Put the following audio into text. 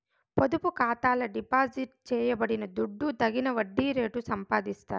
పొదుపు ఖాతాల డిపాజిట్ చేయబడిన దుడ్డు తగిన వడ్డీ రేటు సంపాదిస్తాది